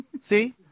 See